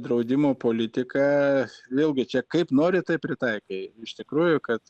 draudimo politika vėlgi čia kaip nori taip pritaikai iš tikrųjų kad